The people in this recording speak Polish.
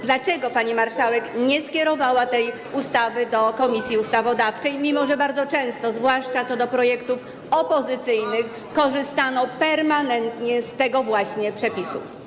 Dlaczego pani marszałek nie skierowała tej ustawy do Komisji Ustawodawczej, mimo że bardzo często, zwłaszcza co do projektów opozycyjnych, korzystano permanentnie z tego właśnie przepisu?